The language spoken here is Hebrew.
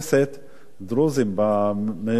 דרוזים מסיעות שונות,